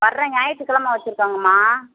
வர ஞாயிற்றுக் கெழம வச்சுருக்கங்கம்மா